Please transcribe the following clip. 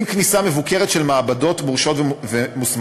עם כניסה מבוקרת של מעבדות מורשות ומוסמכות